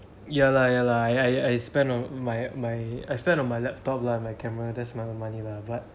ya lah ya lah I I spend on my my I spend on my laptop lah my camera that's my money lah but